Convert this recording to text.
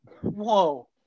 Whoa